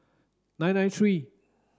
nine nine three